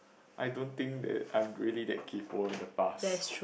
I don't think that I'm really that kaypoh in the past